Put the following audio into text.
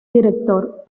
director